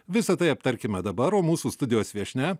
visa tai aptarkime dabar o mūsų studijos viešnia